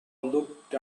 looked